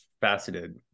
faceted